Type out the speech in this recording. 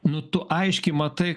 nu tu aiškiai matai